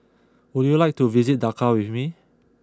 would you like to visit Dhaka with me